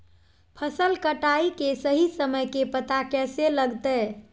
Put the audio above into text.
फसल कटाई के सही समय के पता कैसे लगते?